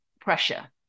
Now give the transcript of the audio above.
pressure